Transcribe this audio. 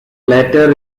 latter